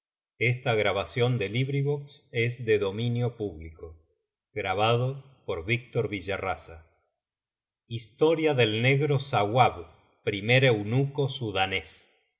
historia del negro sauab primer eunuco sudanés